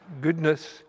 goodness